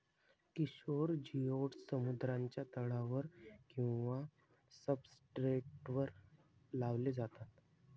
किशोर जिओड्स समुद्राच्या तळावर किंवा सब्सट्रेटवर लावले जातात